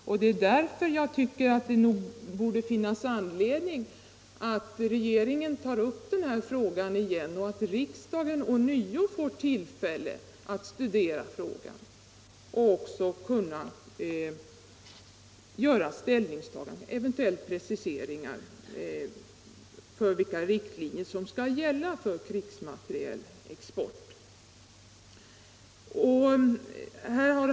Och det är bl.a. därför som jag anser att det finns anledning för regeringen att ta upp denna fråga på nytt och att riksdagen ånyo får tillfälle att behandla den samt eventuellt göra preciseringar av vilka riktlinjer som skall gälla för krigsmaterielexport.